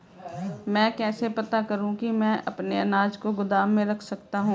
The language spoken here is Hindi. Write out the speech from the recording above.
मैं कैसे पता करूँ कि मैं अपने अनाज को गोदाम में रख सकता हूँ?